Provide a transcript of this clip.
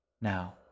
Now